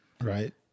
Right